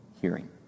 hearing